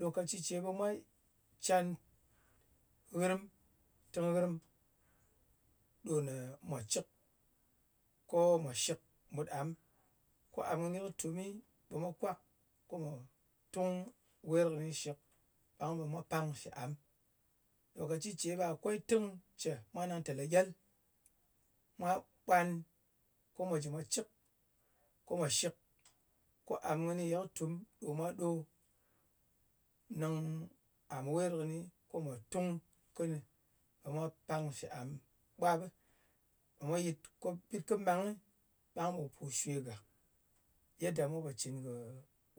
Lòkaci ce ɓe mwa can nghɨrm, tɨng nghɨrm, ɗo nè mwa cɨk, ko mwa shɨk shɨ am. Ko am kɨnɨ kɨ tumi, ɓe mwa kwak ko mwà tung wer kɨnɨ shɨk. Ɓang ɓe mwa palng shɨ am. Lòkaci ce ɓe akwei tɨng cè, mwa nang tè legel. Mwa ɓwan ko mwa jɨ mwa cɨk, ko mwa shɨk, ko am kɨnɨ kɨ tum, ɗo mwa ɗo nɗɨng am wer kɨnɨ. Ko mwa tung, ko nyɨ, ɓe mwa palng shɨ am ɓwap ɓɨ, ɓe mwa yɨt ko ɓit kɨ mangɨ, ɓang ɓu pu shwe gàk. Yed ɗa mwa pò cɨn kɨ